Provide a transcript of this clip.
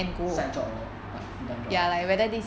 side job or but full time job ah